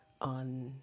on